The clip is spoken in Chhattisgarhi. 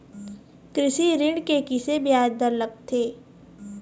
कृषि ऋण के किसे ब्याज दर लगथे?